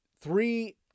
three